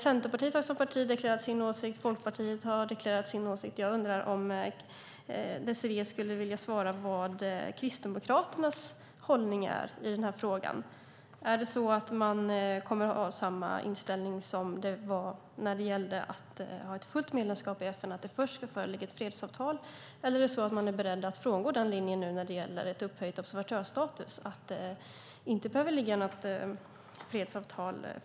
Centerpartiet har deklarerat sin åsikt. Folkpartiet har deklarerat sin åsikt. Jag undrar om Désirée kunde säga vad Kristdemokraternas hållning är i den här frågan. Kommer ni att ha samma inställning som när det var fråga om fullt medlemskap i FN, att det först ska föreligga ett fredsavtal, eller är ni beredda att frångå den linjen nu när det gäller upphöjd observatörsstatus, att det inte behöver föreligga något fredsavtal?